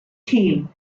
team